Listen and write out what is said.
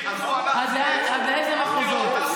עד לאיזה מחוזות?